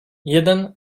jeden